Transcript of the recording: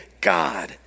God